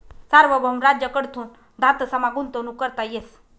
सार्वभौम राज्य कडथून धातसमा गुंतवणूक करता येस